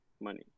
money